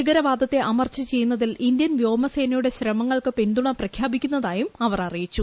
ഭീകരവാദത്തെ അമർച്ച ചെയ്യുന്നതിൽ ഇന്ത്യൻ വ്യോമസേനയുടെ ശ്രമങ്ങൾക്ക് പിന്തുണ പ്രഖ്യാപിക്കുന്നതായും അവർ അറിയിച്ചു